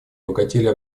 обогатили